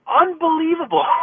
Unbelievable